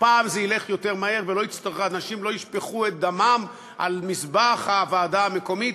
והפעם זה ילך יותר מהר ואנשים לא ישפכו את דמם על מזבח הוועדה המקומית,